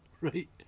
Right